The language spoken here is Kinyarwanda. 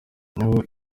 naho